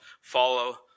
follow